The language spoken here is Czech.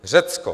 Řecko.